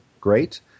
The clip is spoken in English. great